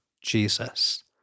Jesus